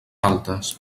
altas